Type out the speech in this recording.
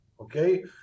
okay